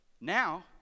now